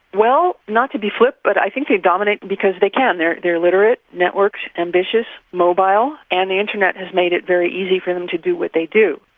well, not to be flip, but i think they dominate because they can, they're they're literate, networked, ambitious, mobile, and the internet has made it very easy for them to do what they do.